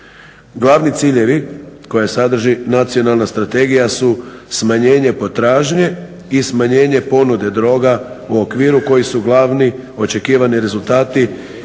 Glavni ciljevi koje sadrži nacionalna strategija su smanjenje potražnje i smanjenje ponude droga u okviru koji su glavni, očekivani rezultati